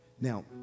Now